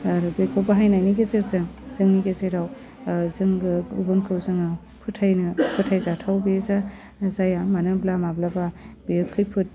आरो बेखौ बाहायनायनि गेजेरजों जोंनि गेजेराव जोंगो गुबुनखौ जोङो फोथायनो फोथायजाथाव बे जा जाया मानो होमब्ला माब्लाबा बेयो खैफोद